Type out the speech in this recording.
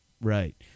Right